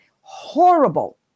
horrible